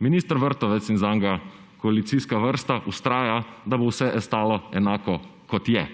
Minister Vrtovec in zanj koalicijska vrsta vztraja, da bo vse ostalo enako, kot je.